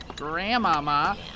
grandmama